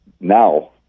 now